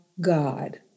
God